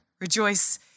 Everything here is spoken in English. Rejoice